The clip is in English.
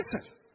Listen